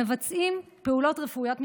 מבצעים פעולות רפואיות מתקדמות,